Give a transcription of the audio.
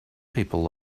people